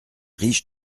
riche